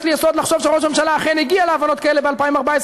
יש לי יסוד לחשוב שראש הממשלה אכן הגיע להבנות כאלה ב-2014,